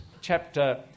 chapter